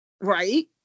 Right